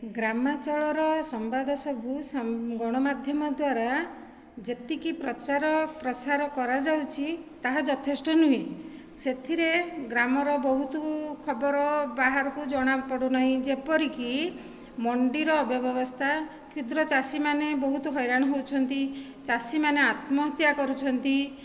ଗ୍ରାମାଞ୍ଚଳର ସମ୍ବାଦ ସବୁ ସମ୍ ଗଣମାଧ୍ୟମ ଦ୍ୱାରା ଯେତିକି ପ୍ରଚାର ପ୍ରସାର କରାଯାଉଛି ତାହା ଯଥେଷ୍ଟ ନୁହେଁ ସେଥିରେ ଗ୍ରାମର ବହୁତ ଖବର ବାହାରକୁ ଜଣା ପଡ଼ୁନାହିଁ ଯେପରିକି ମଣ୍ଡିର ଅବବ୍ୟବସ୍ଥା କ୍ଷୁଦ୍ର ଚାଷୀମାନେ ବହୁତ ହଇରାଣ ହେଉଛନ୍ତି ଚାଷୀମାନେ ଆତ୍ମହତ୍ୟା କରୁଛନ୍ତି